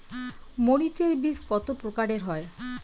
মরিচ এর বীজ কতো প্রকারের হয়?